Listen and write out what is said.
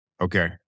Okay